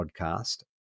podcast